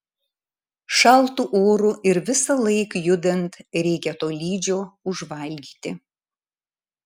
šaltu oru ir visąlaik judant reikia tolydžio užvalgyti